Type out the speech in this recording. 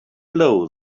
blow